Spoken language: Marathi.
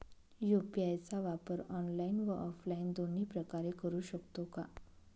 यू.पी.आय चा वापर ऑनलाईन व ऑफलाईन दोन्ही प्रकारे करु शकतो का?